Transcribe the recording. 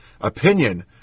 opinion